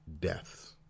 deaths